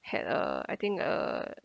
had a I think uh